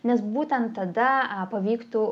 nes būtent tada pavyktų